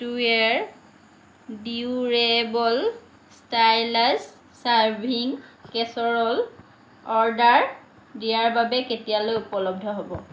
টুৱেইৰ durable stylish serving casserole order দিয়াৰ বাবে কেতিয়ালৈ উপলব্ধ হ'ব